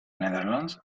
netherlands